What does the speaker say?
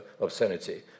obscenity